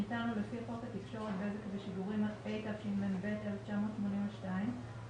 שניתן לו לפי חוק התקשורת (בזק ושידורים) התשמ"ב-1982 ולפי